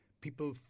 people